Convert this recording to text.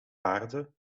aarde